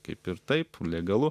kaip ir taip legalu